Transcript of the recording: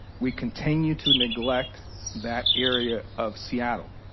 we continue to neglect that area of seattle.